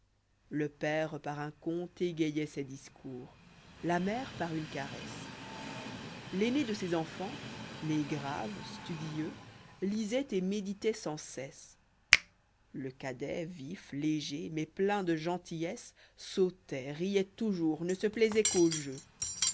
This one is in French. le père par un conte égayoit ses discours la mère par une caresse v l'aîné de ces enfants né grave studieux lîsoit et méditoit sans cesse le cadet vif léger mais plein de gentillesse sautait rioit toujours né se plaisoit qu'aux jeux